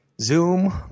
Zoom